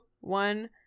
one